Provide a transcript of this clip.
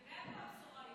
אתה יודע איפה הבשורה?